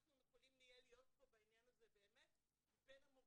אנחנו יכולים להיות בעניין הזה בין המובילים,